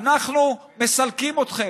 אנחנו מסלקים אתכם?